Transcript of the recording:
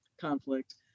conflict